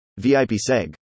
VIPseg